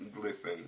listen